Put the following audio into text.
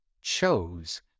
chose